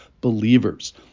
believers